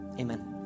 amen